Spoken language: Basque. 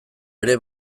ere